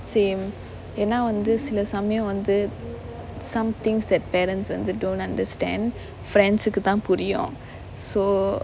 same ஏன்னா வந்து சில சமயம் வந்து:yaennaa vanthu sila samayam vanthu some things that parents don't understand friends சுக்கு தான் புரியும்:sukku thaan puriyum so